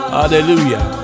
hallelujah